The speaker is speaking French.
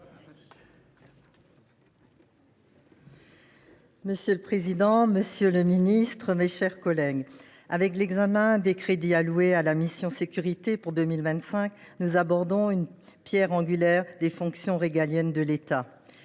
Monsieur le président, monsieur le ministre, mes chers collègues, avec l’examen des crédits alloués à la mission « Sécurités » pour 2025, nous abordons une pierre angulaire des fonctions régaliennes de l’État.